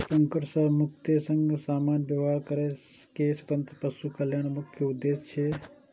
संकट सं मुक्तिक संग सामान्य व्यवहार करै के स्वतंत्रता पशु कल्याणक मुख्य उद्देश्य छियै